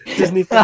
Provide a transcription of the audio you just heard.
Disney